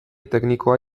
teknikoa